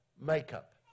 makeup